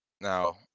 now